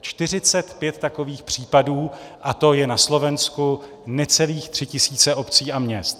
Čtyřicet pět takových případů, a to je na Slovensku necelých tři tisíce obcí a měst.